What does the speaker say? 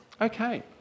okay